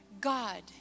God